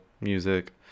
music